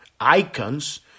icons